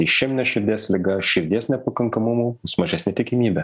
išemine širdies liga širdies nepakankamumu bus mažesnė tikimybė